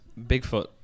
Bigfoot